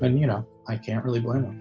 and you know, i can't really blame